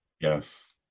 Yes